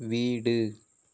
வீடு